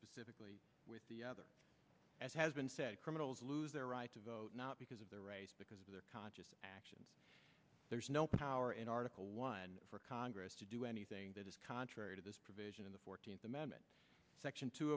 specifically with the other as has been said criminals lose their right to vote not because of their race because of their conscious actions there's no power in article one for congress to do anything that is contrary to this provision in the fourteenth amendment section t